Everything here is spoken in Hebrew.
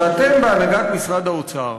אתם, בהנהגת משרד האוצר,